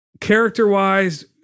character-wise